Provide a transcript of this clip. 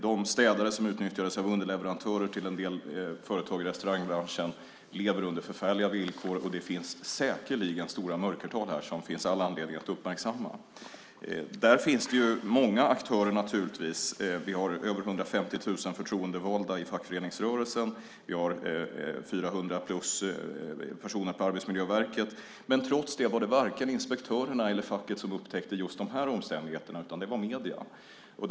De städare som utnyttjas av underleverantörer till en del företag i restaurangbranschen lever under förfärliga villkor, och här finns säkerligen stora mörkertal som det finns all anledning att uppmärksamma. Det finns naturligtvis många aktörer. Vi har över 150 000 förtroendevalda i fackföreningsrörelsen och drygt 400 personer på Arbetsmiljöverket, men trots det upptäckte varken inspektörerna eller facket just dessa omständigheter, utan det gjorde medierna.